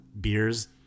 beers